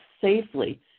safely